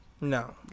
No